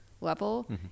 level